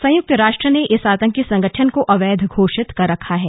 संयुक्त राष्ट्र ने इस आतंकी संगठन को अवैध घोषित कर रखा है